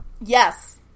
Yes